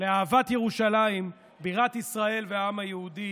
לאהבת ירושלים בירת ישראל והעם היהודי